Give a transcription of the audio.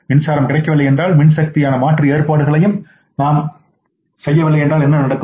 மின்சாரம் கிடைக்கவில்லைஎன்றால் மின்சக்திக்கான மாற்று ஏற்பாடுகளையும் நாம் செய்யவில்லை என்றால் என்ன நடக்கும்